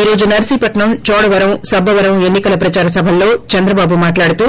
ఈ రోజు నర్పీపట్నం చోడవరం సబ్బవరం ఎన్ని కల ప్రచార సభలలో చంద్రబాబు మాట్లాడుతూ